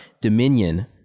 dominion